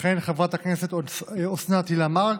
תכהן חברת הכנסת אוסנת הילה מארק,